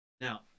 Now